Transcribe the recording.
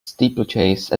steeplechase